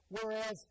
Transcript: whereas